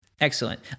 Excellent